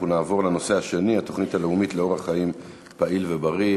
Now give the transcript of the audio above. אנחנו נעבור לנושא השני: התוכנית הלאומית לאורח חיים פעיל ובריא.